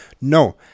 No